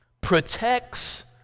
protects